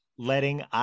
Letting